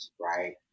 right